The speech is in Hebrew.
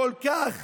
כל כך